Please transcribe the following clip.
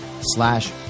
slash